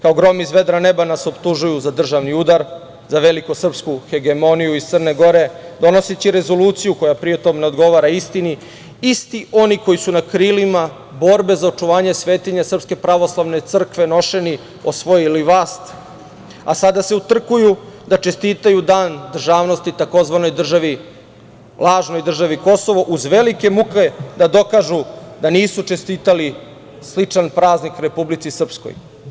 Kao grom iz vedra neba nas optužuju za državni udar, za veliku srpsku hegemoniju iz Crne Gore, donoseći rezoluciju koja pritom ne odgovara istini, isti oni koji su na krilima borbe za očuvanje svetinja SPC nošeni, osvojili vlast, a sada se utrkuju da čestitaju dan državnosti takozvanoj državi, lažnoj državni Kosovo, uz velike muke da dokažu da nisu čestitali sličan praznik Republici Srpskoj.